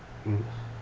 mm